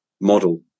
model